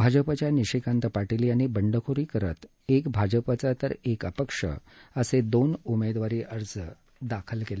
भाजपाच्या निशिकांत पाटील यांनी बंडखोरी करत एक भाजपाचा तर एक अपक्ष असे दोन उमेदवारी अर्ज आज दाखल केले